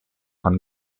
von